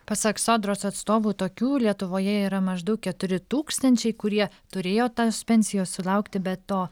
pasak sodros atstovų tokių lietuvoje yra maždaug keturi tūkstančiai kurie turėjo tą pensijos sulaukti bet to